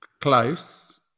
close